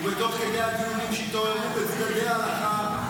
ובתוך כדי הדיונים שהתעוררו בצדדי ההלכה,